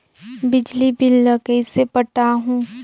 बिजली बिल ल कइसे पटाहूं?